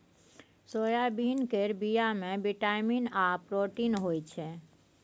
soybean केर बीया मे बिटामिन आर प्रोटीन होई छै